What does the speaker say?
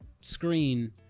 screen